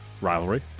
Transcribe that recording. rivalry